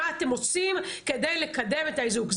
מה אתם עושים כדי לקדם את האיזוק?